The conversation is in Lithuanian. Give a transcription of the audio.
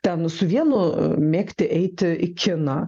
ten su vienu mėgti eiti į kiną